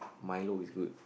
milo is good